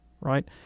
right